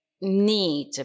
need